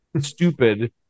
stupid